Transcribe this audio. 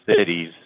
cities